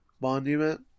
monument